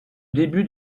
début